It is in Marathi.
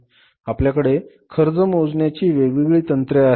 आपल्याकडे खर्च मोजण्याची वेगवेगळी तंत्रे आहेत